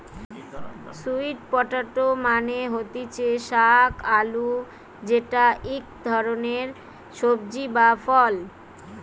sweet potato মানে হতিছে শাক আলু যেটা ইক ধরণের সবজি বা ফল